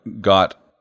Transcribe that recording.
got